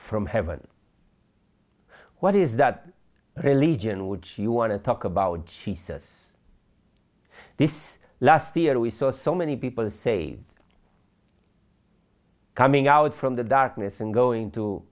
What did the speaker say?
from heaven what is that religion which you want to talk about jesus this last year we saw so many people say coming out from the darkness and going to